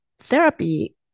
therapy